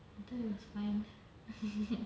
I thought it was fine